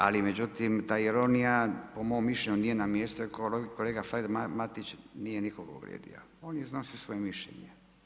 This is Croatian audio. Ali, međutim, ta ironija, po mom mišljenju nije na mjestu, jer kolega Fred Matić nije nikoga povredo, on je iznosio svoje mišljenje.